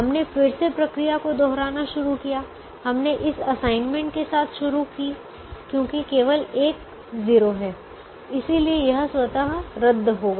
हमने फिर से प्रक्रिया को दोहराना शुरू किया हमने इस असाइनमेंट के साथ शुरुआत की क्योंकि केवल एक 0 है इसलिए यह स्वतः रद्द हो गया